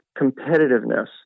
competitiveness